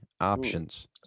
options